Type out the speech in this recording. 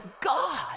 God